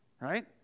right